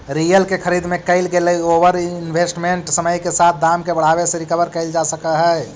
real के खरीद में कईल गेलई ओवर इन्वेस्टमेंट समय के साथ दाम के बढ़ावे से रिकवर कईल जा सकऽ हई